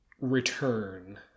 return